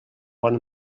bon